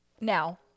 Now